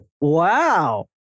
Wow